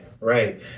right